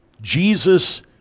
Jesus